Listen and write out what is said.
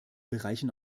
bereichen